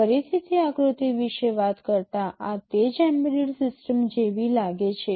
ફરીથી તે આકૃતિ વિશે વાત કરતા આ તે જ એમ્બેડેડ સિસ્ટમ જેવી લાગે છે